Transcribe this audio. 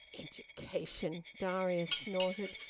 education. darius snorted.